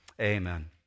amen